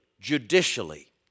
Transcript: judicially